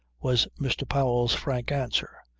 was mr. powell's frank answer.